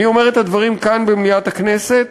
אני אומר את הדברים כאן, במליאת הכנסת,